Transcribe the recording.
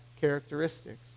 characteristics